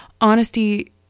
honesty